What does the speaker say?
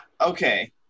okay